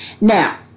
Now